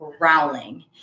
growling